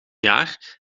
jaar